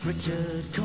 Richard